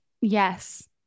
Yes